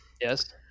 Yes